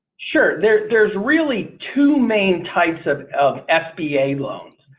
sure. there's, there's really two main types of of sba loans.